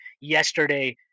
yesterday